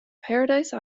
paradise